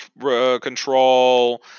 control